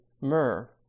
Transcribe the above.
myrrh